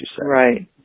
Right